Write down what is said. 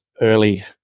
early